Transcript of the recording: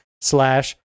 slash